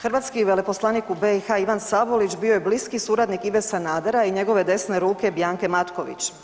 Hrvatski veleposlanik u BiH Ivan Sabolić bio je bliski suradnik Ive Sanadera i njegove desne ruke Biance Matković.